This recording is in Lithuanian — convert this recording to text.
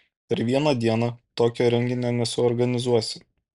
per vieną dieną tokio renginio nesuorganizuosi